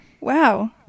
Wow